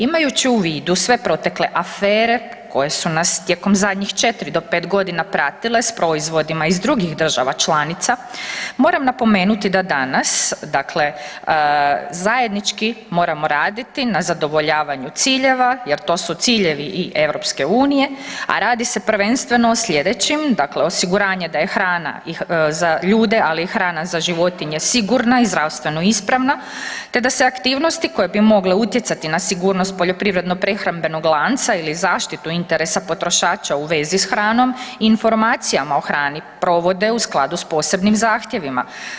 Imajući u vidu sve protekle afere koje su nas tijekom zadnjih 4 do 5. g. pratile s proizvodima iz drugih država članica, moram napomenuti da danas, dakle zajednički moramo raditi na zadovoljavanju ciljeva jer to su ciljevi i EU-a a radi se prvenstveno o slijedećim, dakle osiguranje da je hrana za ljude ali i hrana za životinje sigurna i zdravstveno ispravna te da se aktivnosti koje bi mogle utjecati na sigurnost poljoprivredno-prehrambenog lanca ili zaštitu interesa potrošača u vezi s hranom, informacijama o hrani, provode u skladu sa posebnim zahtjevima.